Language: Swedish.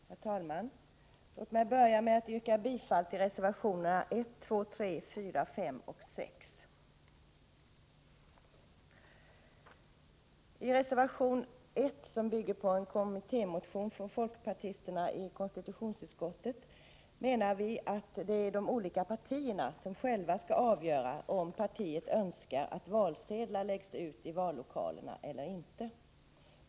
Herr talman! Låt mig börja med att yrka bifall till reservationerna 1,2, 3,4, 5 och 6. I reservation 1, som bygger på en kommittémotion från folkpartisterna i konstitutionsutskottet, menar vi att det är de olika partierna som själva skall avgöra om de önskar att valsedlar läggs ut i vallokalerna eller inte.